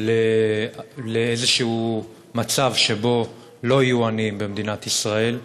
לאיזה מצב שבו לא יהיו עניים במדינת ישראל.